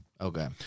Okay